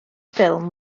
ffilm